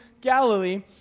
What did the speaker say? Galilee